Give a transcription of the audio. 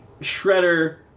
Shredder